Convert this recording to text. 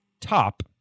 Top